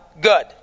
good